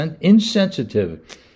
insensitive